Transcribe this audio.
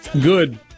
good